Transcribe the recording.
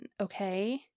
okay